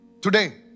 today